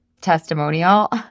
testimonial